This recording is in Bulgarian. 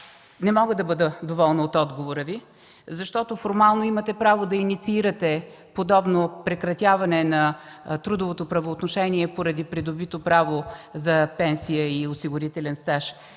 Не мога да бъда доволна от отговора Ви, защото формално имате право да инициирате подобно прекратяване на трудовото правоотношение поради придобито право на пенсия за осигурителен стаж.